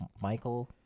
Michael